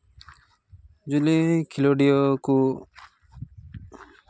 ᱡᱩᱫᱤ ᱠᱷᱮᱞᱳᱰᱤᱭᱟᱹ ᱠᱚ